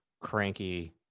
cranky